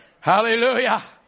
Hallelujah